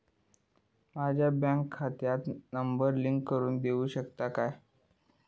माका माझ्या बँक खात्याक नंबर लिंक करून देऊ शकता काय?